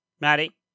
Maddie